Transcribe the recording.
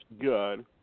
good